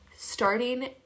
starting